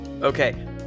Okay